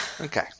Okay